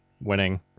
winning